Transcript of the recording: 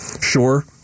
sure